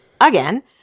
again